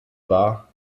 war